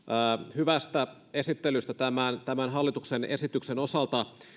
hyvästä esittelystä tämän tämän hallituksen esityksen osalta